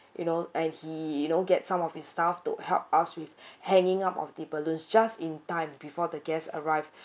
you know and he you know get some of his staff to help us with hanging up of the balloon just in time before the guests arrive